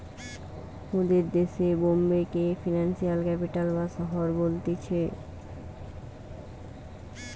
মোদের দেশে বোম্বে কে ফিনান্সিয়াল ক্যাপিটাল বা শহর বলতিছে